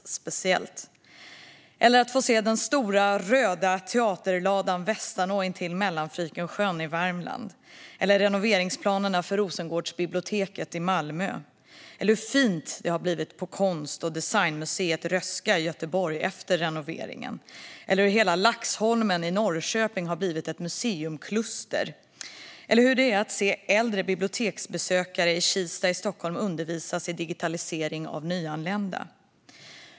Det är alldeles speciellt att få se den stora röda teaterladan, Västanå teater, intill sjön Mellan-Fryken i Värmland, eller renoveringsplanerna för Rosengårdsbiblioteket i Malmö eller hur fint det har blivit på konst och designmuseet Röhsska i Göteborg efter renoveringen eller hur hela Laxholmen i Norrköping har blivit ett museikluster. Det är också alldeles speciellt att se äldre biblioteksbesökare i Kista i Stockholm undervisas i digitalisering av nyanlända.